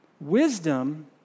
Wisdom